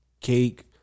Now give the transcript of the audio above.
cake